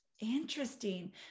Interesting